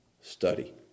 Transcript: Study